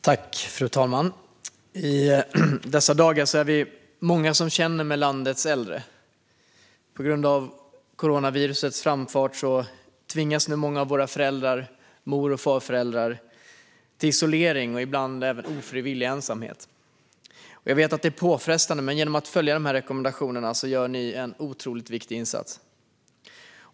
Fru talman! I dessa dagar är vi många som känner med landets äldre. På grund av coronavirusets framfart tvingas nu många föräldrar och mor och farföräldrar till isolering och ibland även ofrivillig ensamhet. Jag vet att det är påfrestande, men genom att följa de här rekommendationerna gör ni en otroligt viktig insats.